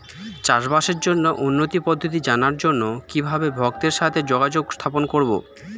চাষবাসের জন্য উন্নতি পদ্ধতি জানার জন্য কিভাবে ভক্তের সাথে যোগাযোগ স্থাপন করব?